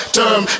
term